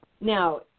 Now